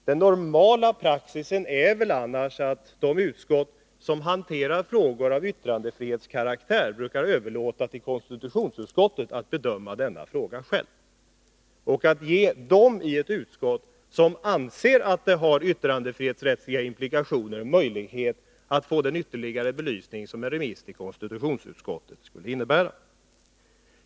Den normala praxisen är väl annars att utskott som hanterar frågor av yttrandefrihetskaraktär brukar överlåta till konstitutionsutskottet att bedöma sådana frågor och att ge dem i ett utskott som anser att det finns yttrandefrihetsrättsliga frågetecken möjlighet att få den ytterligare belysning som en remiss till konstitutionsutskottet skulle innebära.